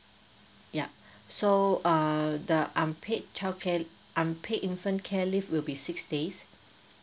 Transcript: yup so err the unpaid childcare unpaid infant care leave will be six days